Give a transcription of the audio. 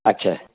अछा